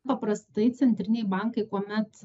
paprastai centriniai bankai kuomet